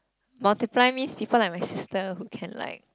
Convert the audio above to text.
multiply means people like my sister who can like